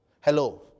Hello